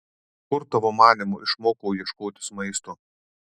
kur tavo manymu išmokau ieškotis maisto